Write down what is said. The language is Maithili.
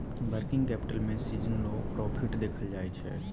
वर्किंग कैपिटल में सीजनलो प्रॉफिट देखल जाइ छइ